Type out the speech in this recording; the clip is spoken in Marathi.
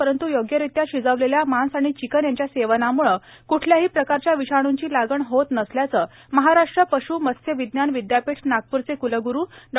परंतु योग्यरीत्या शिजवलेल्या मास आणि चिकन याच्या सेवनामूळे क्ठल्याही प्रकारच्या विषाणूची लागण होत नसल्याचं महाराष्ट्र पश् मत्स्य विज्ञान विद्यापीठ नागपूरचे क्लग्रू डॉ